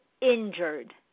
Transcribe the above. injured